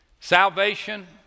salvation